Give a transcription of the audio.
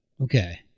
Okay